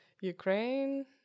Ukraine